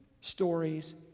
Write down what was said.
stories